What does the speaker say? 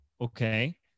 Okay